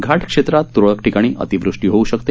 घाट क्षेत्रात तुरळक ठिकाणी अतिवृष्टी होऊ शकते